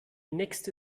nächste